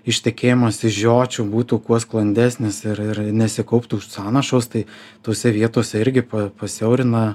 ištekėjimas iš žiočių būtų kuo sklandesnis ir ir nesikauptų sąnašos tai tose vietose irgi pasiaurina